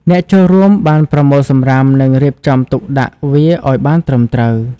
អ្នកចូលរួមបានប្រមូលសំរាម និងរៀបចំទុកដាក់វាឱ្យបានត្រឹមត្រូវ។